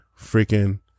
freaking